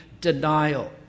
denial